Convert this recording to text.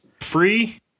free